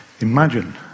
imagine